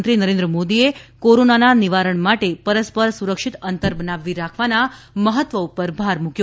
પ્રધાનમંત્રી નરેન્દ્ર મોદીએ કોરોનાના નિવારણ માટે પરસ્પર સુરક્ષિત અંતર બનાવી રાખવાના મહત્વ ઉપર ભાર મૂક્યો